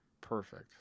Perfect